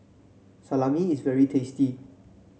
salami is very tasty